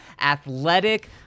Athletic